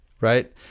right